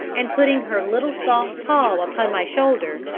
and putting her little soft paw upon my shoulder,